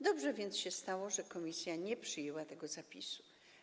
Dobrze więc się stało, że komisja nie przyjęła tego zapisu.